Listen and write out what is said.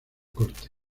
corte